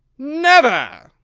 never!